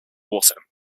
water